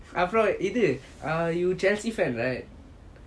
அப்புறம் இது:apram ithu you chelsea fan right